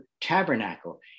tabernacle